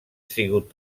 sigut